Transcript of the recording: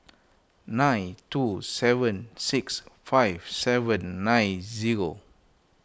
nine two seven six five seven nine zero